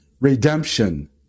redemption